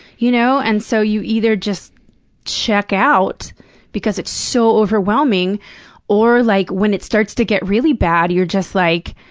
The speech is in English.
you know and so, you either just check out because it's so overwhelming or, like, when it starts to get really bad, you're just like,